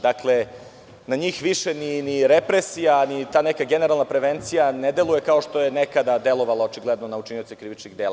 Dakle, na njih više ni represija, ni ta neka generalna prevencija ne deluje, kao što je nekada delovala na učinioce krivičnih dela.